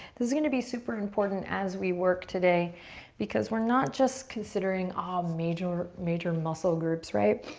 this is gonna be super important as we work today because we're not just considering um major major muscle groups, right?